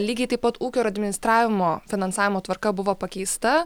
lygiai taip pat ūkio ir administravimo finansavimo tvarka buvo pakeista